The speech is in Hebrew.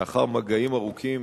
לאחר מגעים ארוכים,